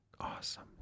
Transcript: Awesome